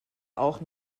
auch